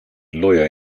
lawyer